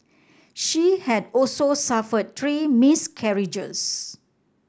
she had also suffered three miscarriages